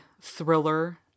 thriller